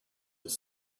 have